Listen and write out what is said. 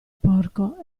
porco